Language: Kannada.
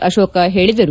ಅಶೋಕ ಹೇಳಿದರು